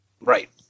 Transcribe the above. right